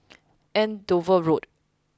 Andover Road